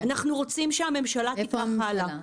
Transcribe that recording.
אנחנו רוצים שהממשלה תיקח הלאה.